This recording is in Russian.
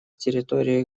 территории